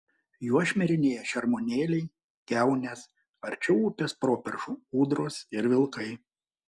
juo šmirinėja šermuonėliai kiaunės arčiau upės properšų ūdros ir vilkai